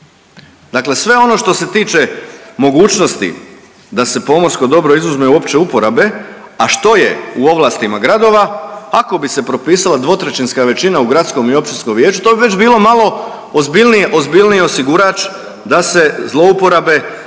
Dakle, sve ono što se tiče mogućnosti da se pomorsko dobro izuzme uopće uporabe, a što je u ovlastima gradova ako bi se propisala 2/3 većina u gradskom i općinskom vijeću to bi već bilo malo ozbiljnije, ozbiljniji osigurač da se zlouporabe, da se